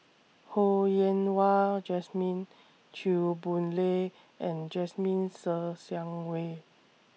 Ho Yen Wah Jesmine Chew Boon Lay and Jasmine Ser Xiang Wei